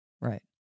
right